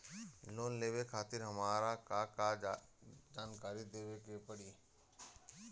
Loan लेवे खातिर हमार का का जानकारी देवे के पड़ी?